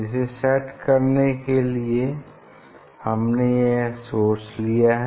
इसे सेट करने के लिए हमने यह सोर्स लिया है